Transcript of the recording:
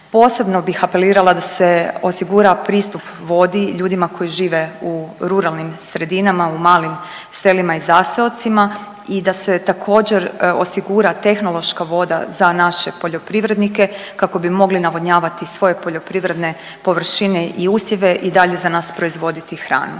Posebno bih apelirala da se osigura pristup vodi ljudima koji žive u ruralnim sredinama u malim selima i zaseocima i da se također osigura tehnološka voda za naše poljoprivrednike kako bi mogli navodnjavati svoje poljoprivredne površine i usjeve i dalje za nas proizvoditi hranu.